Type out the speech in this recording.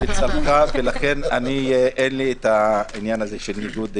-- ולכן אין לי ניגוד עניינים.